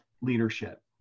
leadership